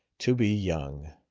to be young!